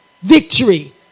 victory